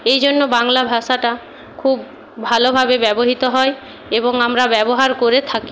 এই জন্য বাংলা ভাষাটা খুব ভালোভাবে ব্যবহৃত হয় এবং আমরা ব্যবহার করে থাকি